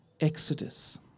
exodus